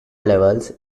levels